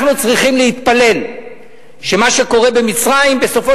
אנחנו צריכים להתפלל שמה שקורה במצרים בסופו